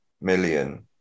million